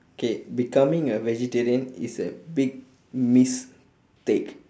K becoming a vegetarian is a big miss steak